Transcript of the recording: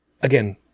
Again